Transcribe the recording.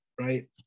right